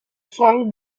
song